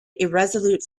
irresolute